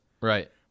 Right